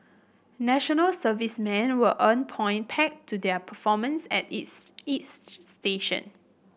National Servicemen will earn point pegged to their performance at is is station